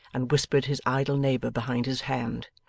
and whispered his idle neighbour behind his hand.